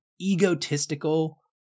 egotistical